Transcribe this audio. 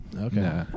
Okay